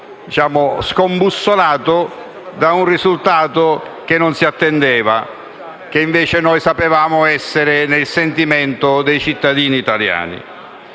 scombussolato da un risultato che non si attendeva e che, invece, noi sapevamo essere nel sentimento dei cittadini italiani.